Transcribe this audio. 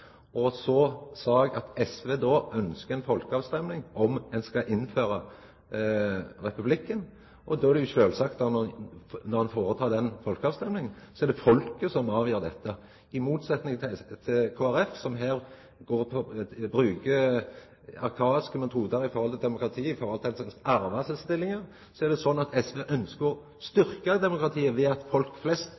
Så sa eg at SV ønskjer ei folkeavstemming om ein skal innføra republikk. Det er sjølvsagt at når ein held den folkeavstemminga, er det folket som avgjer dette – som motsetning til Kristeleg Folkeparti, som her bruker arkaiske metodar i forhold til demokratiet, når ein meiner at ein skal arva desse stillingane. SV ønskjer å styrkja demokratiet ved at folk flest